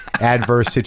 adverse